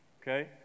Okay